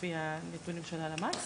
לפי הנתונים של הלמ״ס.